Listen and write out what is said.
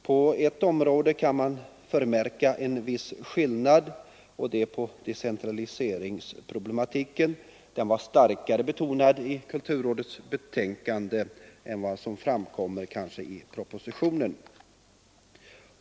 På ett område kan man dock förmärka en viss skillnad, och det är beträffande decentraliseringsproblematiken. Den var starkare betonad i kulturrådets betänkande än vad som framkommer av propositionen.